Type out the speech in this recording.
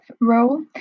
role